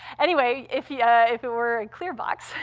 anyway, if yeah if it were a clear box,